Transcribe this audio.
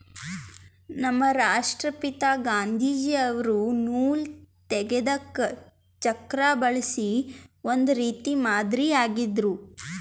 ನಮ್ ರಾಷ್ಟ್ರಪಿತಾ ಗಾಂಧೀಜಿ ಅವ್ರು ನೂಲ್ ತೆಗೆದಕ್ ಚಕ್ರಾ ಬಳಸಿ ಒಂದ್ ರೀತಿ ಮಾದರಿ ಆಗಿದ್ರು